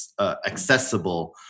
accessible